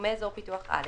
תחומי אזור פיתוח א',